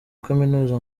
kaminuza